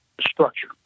structure